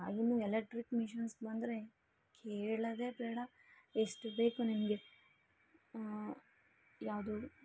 ಇನ್ನು electric machines ಬಂದರೆ ಕೇಳೋದೇ ಬೇಡ ಎಷ್ಟು ಬೇಕು ನಿಮಗೆ ಯಾವುದು